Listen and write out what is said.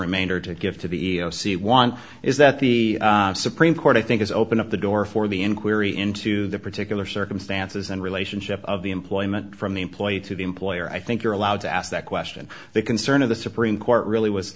remainder to give to b o c want is that the supreme court i think is open up the door for the inquiry into the particular circumstances and relationship of the employment from the employee to the employer i think you're allowed to ask that question the concern of the supreme court